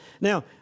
Now